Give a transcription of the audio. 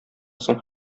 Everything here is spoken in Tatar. соң